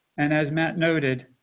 and as matt noted,